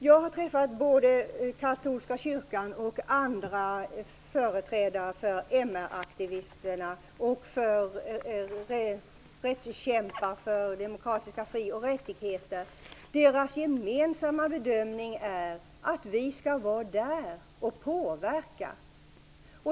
Jag har träffat företrädare både för katolska kyrkan och för MR-aktivisterna samt rättskämpar för demokratiska fri och rättigheter. Deras gemensamma bedömning är att vi skall vara där och påverka.